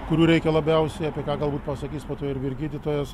kurių reikia labiausiai apie ką galbūt pasakys po to ir vyr gydytojas